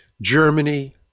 Germany